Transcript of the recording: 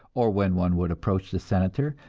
or when one would approach the senator,